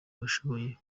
abashoboye